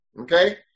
okay